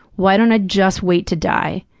why don't i just wait to die?